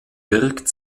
wirkt